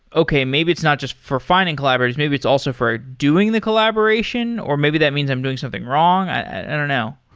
okay. maybe it's not just for finding collaborators. maybe it's also for doing the collaboration or maybe that means i'm doing something wrong. i don't know.